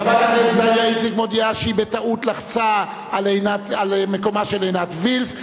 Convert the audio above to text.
חברת הכנסת דליה איציק מודיעה שהיא בטעות לחצה במקומה של עינת וילף.